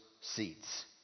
seats